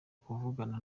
kuvugana